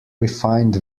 refined